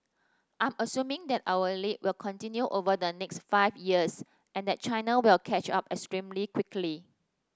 I'm assuming that our lead will continue over the next five years and that China will catch up extremely quickly